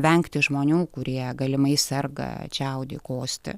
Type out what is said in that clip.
vengti žmonių kurie galimai serga čiaudi kosti